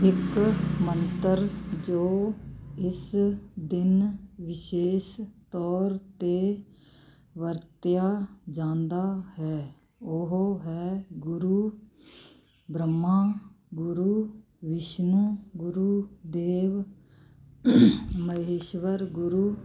ਇੱਕ ਮੰਤਰ ਜੋ ਇਸ ਦਿਨ ਵਿਸ਼ੇਸ਼ ਤੌਰ 'ਤੇ ਵਰਤਿਆ ਜਾਂਦਾ ਹੈ ਉਹ ਹੈ ਗੁਰੂ ਬ੍ਰਹਮਾ ਗੁਰੂ ਵਿਸ਼ਨੂੰ ਗੁਰੂ ਦੇਵੋ ਮਹੇਸ਼ਵਰਹ ਗੁਰੂ